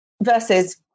versus